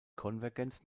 konvergenz